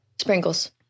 Sprinkles